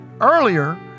earlier